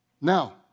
Now